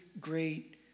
great